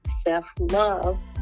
self-love